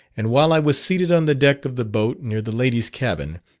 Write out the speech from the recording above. and while i was seated on the deck of the boat, near the ladies' cabin,